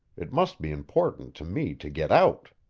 it must be important to me to get out.